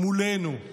מולנו.